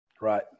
Right